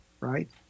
right